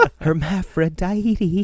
Hermaphrodite